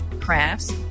crafts